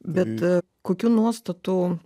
bet kokių nuostatų